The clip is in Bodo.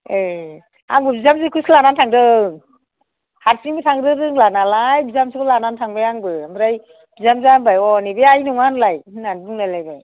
ए आंबो बिहामजोखौसो लानानै थांदों हारसिंबो थांनो रोंला नालाय बिहामजोखौ लानानै थांबाय आंबो ओमफ्राय बिहामजोआ होनबाय 'हनै बे आइ नङा होनलाय ' होननानै बुंलाय लायबाय